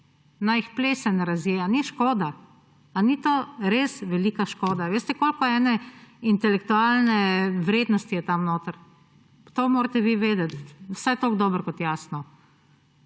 jih plesen razžira? Ali ni škoda? Ali ni to res velika škoda? Ali veste, koliko ene intelektualne vrednosti je tam notri? To morate vi vedeti vsaj tako dobro kot jaz.